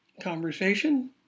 conversation